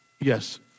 Yes